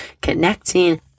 connecting